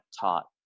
taught